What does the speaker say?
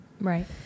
right